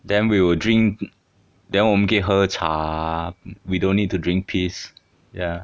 then we will drink then 我们可以喝茶 we don't need to drink piss ya